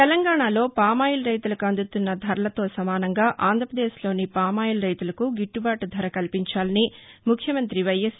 తెలంగాణాలో పామాయిల్ రైతులకు అందుతున్న ధరలతో సమానంగా ఆంధ్రపదేశ్లోని పామాయిల్ రైతులకు గిట్టబాటు ధర కల్పించాలని ముఖ్యమంతి వైఎస్